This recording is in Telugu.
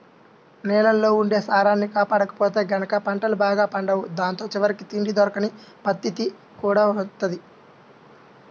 నేలల్లో ఉండే సారాన్ని కాపాడకపోతే గనక పంటలు బాగా పండవు దాంతో చివరికి తిండి దొరకని పరిత్తితి కూడా వత్తది